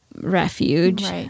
refuge